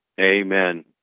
Amen